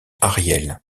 ariel